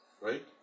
Right